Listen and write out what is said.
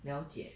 了解